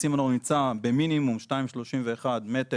הסימנור נמצא במינימום 2.31 מטרים.